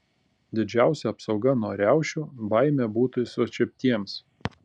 didžiausia apsauga nuo riaušių baimė būti sučiuptiems